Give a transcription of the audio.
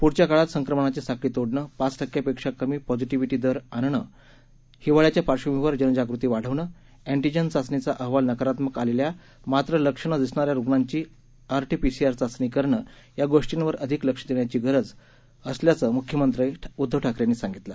पुढील काळात संक्रमणाची साखळी तोडणं पाच टक्क्यांपेक्षा कमी पॉझिटीव्हीटी दर आणणं हिवाळ्याच्या पार्श्वभूमीवर जनजागृती वाढवणं एन्टीजेन चाचणीचा अहवाल नकारात्मक आलेल्या मात्र लक्षणं दिसणाऱ्या रुग्णांची आरटीपीसीआर चाचणी करणं या गोष्टींवर अधिक लक्ष देण्याची गरज असल्याचं मुख्यमंत्री ठाकरे म्हणाले